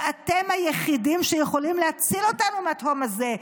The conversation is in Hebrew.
ואתם היחידים שיכולים להציל אותנו מהתהום הזאת.